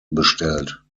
bestellt